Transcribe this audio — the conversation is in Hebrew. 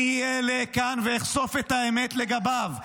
אני אעלה כאן ואחשוף את האמת לגביו.